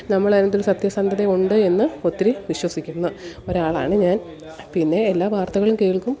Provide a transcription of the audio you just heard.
നമ്മൾ അതിനകത്ത് ഒരു സത്യസന്ധത ഉണ്ട് എന്ന് ഒത്തിരി വിശ്വസിക്കുന്ന ഒരാളാണ് ഞാൻ പിന്നെ എല്ലാ വാർത്തകളും കേൾക്കും